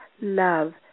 love